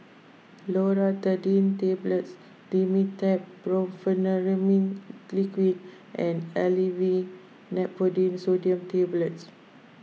Loratadine Tablets Dimetapp Brompheniramine Liquid and Aleve Naproxen Sodium Tablets